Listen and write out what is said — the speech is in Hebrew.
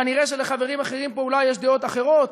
כנראה שלחברים אחרים פה יש דעות אחרות.